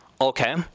okay